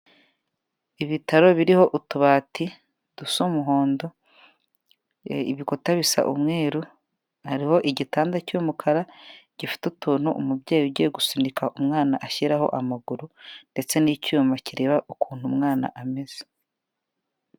Ibitaro biriho utubati dusa umuhondo ibikuta bisa umweru, hariho igitanda cy'umukara gifite utuntu umubyeyi ugiye gusunika umwana ashyiraho amaguru, ndetse n'icyuma kireba ukuntu umwana ameze.